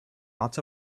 lots